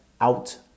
out